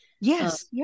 Yes